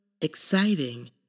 exciting